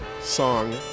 song